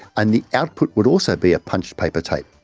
and the output would also be a punched paper tape.